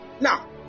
Now